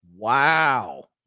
Wow